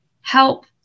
help